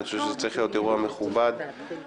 אני חושב שזה צריך להיות אירוע מכובד שכולם